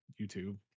youtube